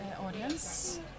audience